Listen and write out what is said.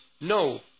No